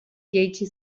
jaitsi